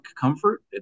comfort